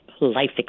life